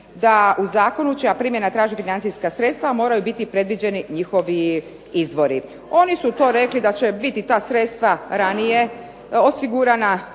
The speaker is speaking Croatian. da u zakonu čija primjena traži financijska sredstva moraju biti predviđeni njihovi izvori. Oni su to rekli da će biti ta sredstva ranije osigurana